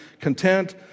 content